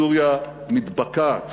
סוריה מתבקעת